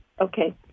Okay